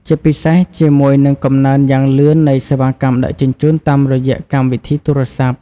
ជាពិសេសជាមួយនឹងកំណើនយ៉ាងលឿននៃសេវាកម្មដឹកជញ្ជូនតាមរយៈកម្មវិធីទូរស័ព្ទ។